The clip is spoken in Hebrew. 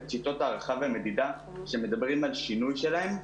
שיטות ההערכה והמדידה שמדברים על שינוי שלהן שנים.